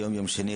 היום יום שני,